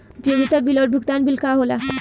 उपयोगिता बिल और भुगतान बिल का होला?